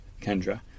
Kendra